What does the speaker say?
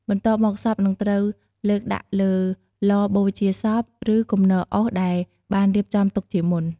បន្ទាប់មកសពនឹងត្រូវលើកដាក់លើឡបូជាសព ឬគំនរអុសដែលបានរៀបចំទុកជាមុន។